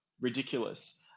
ridiculous